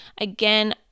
again